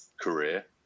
career